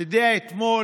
אתמול,